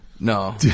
No